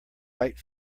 right